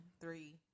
three